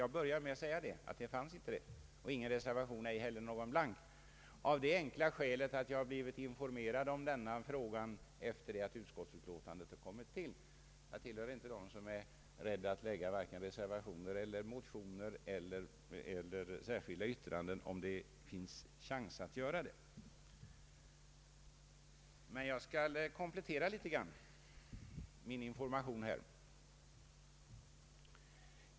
Jag började med att säga att det inte förelåg någon motion och inte heller någon reservation, inte ens någon blank reservation, av det enkla skälet att jag har blivit informerad om denna fråga efter utskottsutlåtandets tillkomst. Jag tillhör inte dem som är rädda för att väcka motioner, avge reservationer eller särskilda yttranden, om det finns anledning att göra det. Jag skall emellertid något komplettera min information här.